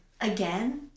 Again